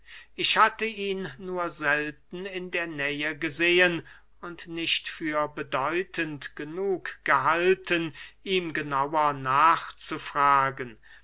ich hatte ihn nur selten in der nähe gesehen und nicht für bedeutend genug gehalten ihm genauer nachzufragen